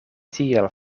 tiel